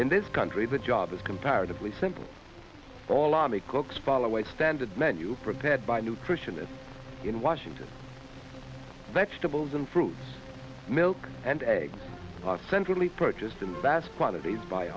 in this country the job is comparatively simple all army cooks follow a standard menu prepared by nutritionists in washington vegetables and fruits milk and eggs are centrally purchased in vast quantities by